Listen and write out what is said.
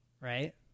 right